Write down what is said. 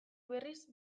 berriz